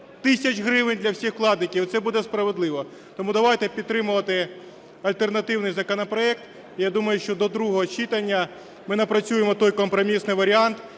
тисяч гривень, для всіх вкладників. Це буде справедливо. Тому давайте будемо підтримувати альтернативний законопроект. Я думаю, що до другого читання ми напрацюємо той компромісний варіант,